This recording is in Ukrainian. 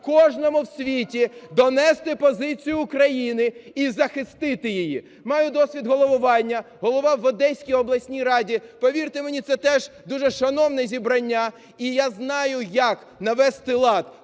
кожному в світі донести позицію України і захистити її. Маю досвід головування – головував у Одеській обласній раді. Повірте мені, це теж дуже шановне зібрання. І я знаю, як навести лад,